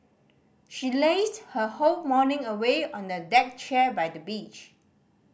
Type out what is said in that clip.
she lazed her whole morning away on a deck chair by the beach